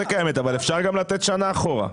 אפשר גם לתת שנה אחורה.